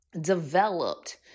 developed